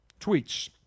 tweets